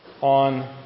on